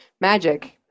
magic